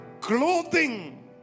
clothing